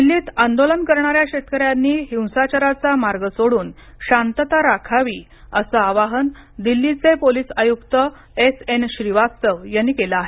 दिल्लीत आंदोलन करणाऱ्या शेतकऱ्यांनी हिंसाचाराचा मार्ग सोडून शांतता राखावी असं आवाहन दिल्लीचे पोलीस आयुक्त एस एन श्रीवास्तव यांनी केल आहे